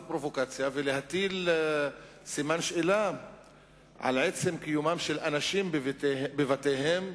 פרובוקציה ולהטיל סימן שאלה על עצם קיומם של אנשים בבתיהם,